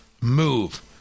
move